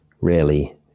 rarely